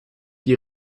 die